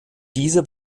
diese